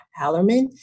Hallerman